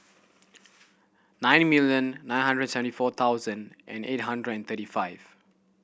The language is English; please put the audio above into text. nine million nine hundred seventy four thousand and eight hundred and thirty five